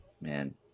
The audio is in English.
Man